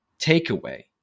takeaway